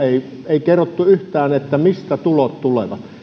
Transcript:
ei kerrottu yhtään mistä tulot tulevat